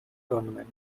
tournament